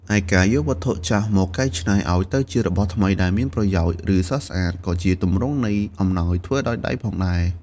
ឯការយកវត្ថុចាស់មកកែច្នៃឲ្យទៅជារបស់ថ្មីដែលមានប្រយោជន៍ ឬស្រស់ស្អាត ក៏ជាទម្រង់នៃអំណោយធ្វើដោយដៃផងដែរ។